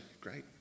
great